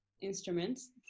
instruments